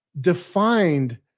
defined